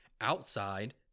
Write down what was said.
outside